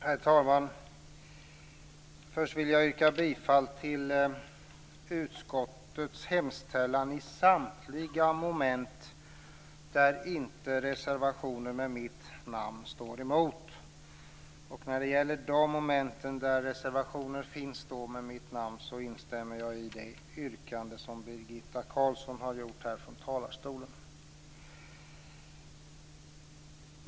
Herr talman! Först vill jag yrka bifall till utskottets hemställan i samtliga moment där reservationer med mitt namn inte står med. När det gäller de moment där reservationer med mitt namn har avgetts instämmer jag i det yrkande som Birgitta Carlsson har gjort här från talarstolen.